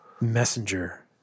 Messenger